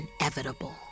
inevitable